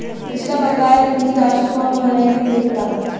पिछला बकाया ऋण की राशि को हम ऑनलाइन भी देखता